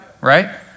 right